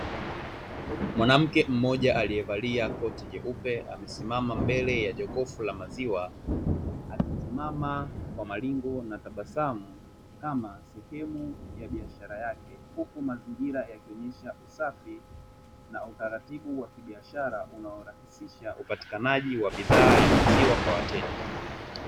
Mwanamke mmoja aliyevalia koti jeupe amesimama mbele ya jokofu la maziwa akisimama kwa maringo na tabasamu kama sehemu ya biashara yake, huku mazingira yakionyesha usafi na utaratibu wa kibiashara unaorahisisha upatikanaji wa bidhaa ya maziwa kwa wateja.